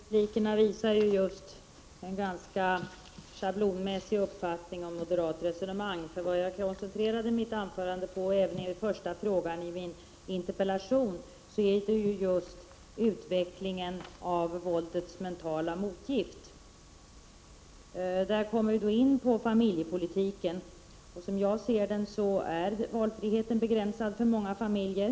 Herr talman! De gjorda inläggen visar på en ganska schablonmässig uppfattning om moderata resonemang. Jag koncentrerade mitt anförande, och även den första frågan i min interpellation, på utvecklingen av våldets mentala motgift. Det är där vi kommer in på familjepolitiken. Som jag ser det är valfriheten begränsad för många familjer.